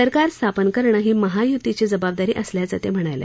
सरकार स्थापन करणं ही महायुतीची जबाबदारी असल्याचं ते म्हणाले